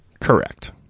Correct